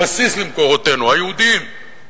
הבסיס למקורותינו היהודיים,